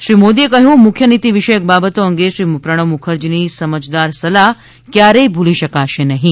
શ્રી મોદીએ કહ્યું મુખ્ય નીતિ વિષયક બાબતો અંગે શ્રી પ્રણવ મુખર્જીની સમજદાર સલાહ ક્યારેય ભૂલી શકાશે નહીં